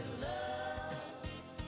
love